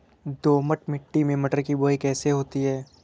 दोमट मिट्टी में मटर की बुवाई कैसे होती है?